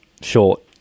Short